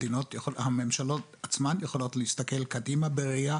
הממשלות עצמן יכולות להסתכל קדימה בראייה